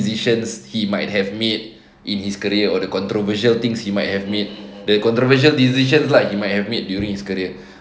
decisions he might have made in his career or the controversial things he might have made the controversial decision like he might have made during his career